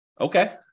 Okay